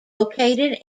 located